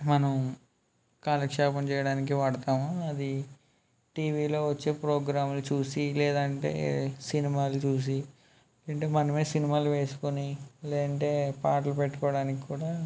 మనం కాలక్షేపం చేయడానికి వాడుతాము అది టివిలో వచ్చే ప్రోగ్రామ్లు చూసి లేదంటే సినిమాలు చూసి లేదంటే మనమే సినిమాలు వేసుకుని లేదంటే పాటలు పెట్టుకోడానికి కూడా